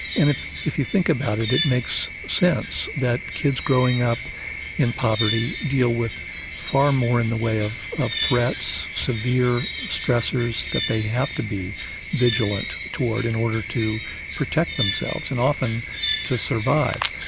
and if if you think about it it makes sense that kids growing up in poverty deal with far more in the way of of threats, severe stressors that they have to be vigilant towards in order to protect themselves and often to survive.